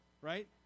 right